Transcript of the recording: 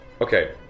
okay